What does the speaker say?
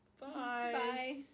bye